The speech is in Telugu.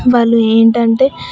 వాళ్ళు ఏంటంటే